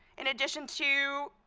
in addition to